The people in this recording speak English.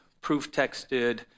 proof-texted